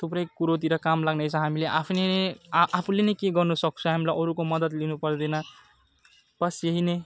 थुप्रै कुरोतिर काम लाग्नेछ हामीले आफ्नै आ आफूले नै केही गर्न सक्छ हामीलाई अरूको मदद लिनु पर्दैन बस यही नै